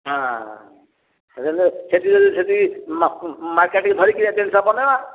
ହଁ ସେଠ ଯଦି ସେ ମାର୍କେଟ ଧରିକିରି ଜିନିଷ ଦେବ ନା